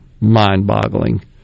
mind-boggling